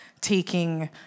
taking